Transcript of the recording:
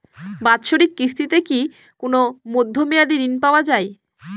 বাৎসরিক কিস্তিতে কি কোন মধ্যমেয়াদি ঋণ পাওয়া যায়?